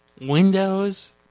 Windows